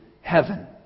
heaven